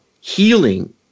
healing